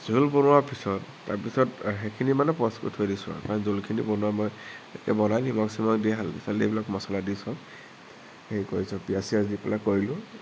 জোল বনোৱাৰ পিছত তাৰপিছত সেইখিনি মানে প'জ কৰি থৈ দিছো আৰু জোলখিনি বনোৱা মই একে বনাই নিমখ চিমখ দি হালধি চালধি এইবিলাক মছলা দি চব হেৰি কৰিছোঁ পিয়াঁজ ছিয়াজ দি পেলাই কৰিলোঁ